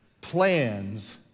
plans